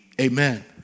Amen